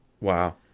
Wow